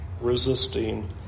resisting